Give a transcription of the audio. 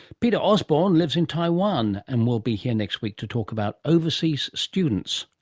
peter osborne lives in taiwan and will be here next week to talk about overseas students.